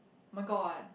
my god